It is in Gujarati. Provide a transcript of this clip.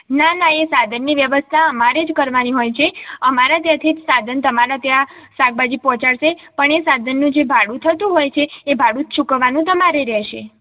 ના ના એ સાધનની વ્યવસ્થા અમારે જ કરવાની હોય છે અમારા ત્યાંથી જ સાધન તામારા ત્યાં શાકભાજી પહોંચાડશે પણ સાધનનું જે ભાડું હોય છે એ ભાડું ચૂકવવાનું તમારે રહેશે